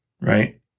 Right